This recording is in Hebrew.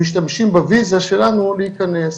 והם משתמשים בוויזה שלנו כדי להיכנס.